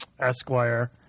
Esquire